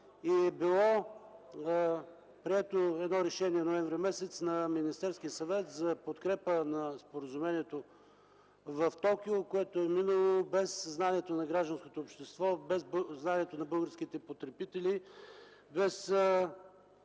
е било прието решение на Министерския съвет за подкрепа на споразумението в Токио, което е минало без знанието на гражданското общество, без знанието на българските потребители, без